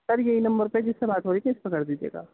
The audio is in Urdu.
سر یہی نمبر پہ جس سے بات ہو رہی تھی اِس پہ کر دیجیے گا آپ